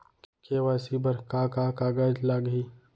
KYC बर का का कागज लागही?